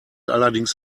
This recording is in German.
allerdings